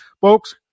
folks